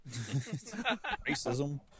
Racism